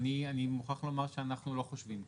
אני מוכרח לומר שאנחנו לא חושבים כך.